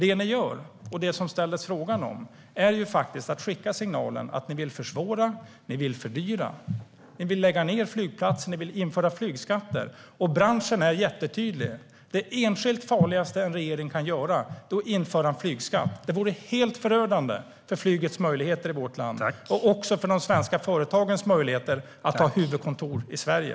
Det ni gör, och det som det frågades om, är att skicka signalen att ni vill försvåra och fördyra. Ni vill lägga ned flygplatser och införa flygskatter. Branschen är tydlig: Det enskilt farligaste en regering kan göra är att införa en flygskatt. Det vore helt förödande för flygets möjligheter i vårt land och för de svenska företagens möjligheter att ha huvudkontor i Sverige.